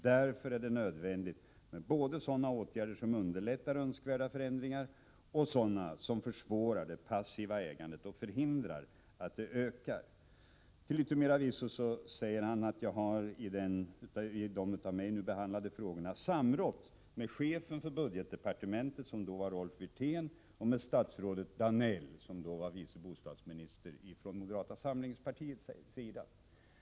Därför är det nödvändigt med både sådana åtgärder som underlättar önskvärda förändringar och sådana som försvårar det passiva ägandet eller förhindrar att det ökar.” Till yttermera visso säger han: ”Jag har i de av mig behandlade frågorna samrått med chefen för budgetdepartementet”, som då var Rolf Wirtén, ”och med statsrådet Danell”, som då var vice bostadsminister från moderata samlingspartiets sida.